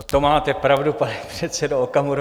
To máte pravdu, pane předsedo Okamuro.